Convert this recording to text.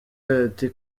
ati